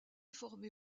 formée